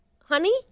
Honey